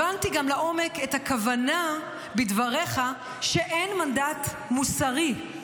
הבנתי גם לעומק את הכוונה בדבריך שאין מנדט מוסרי.